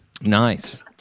Nice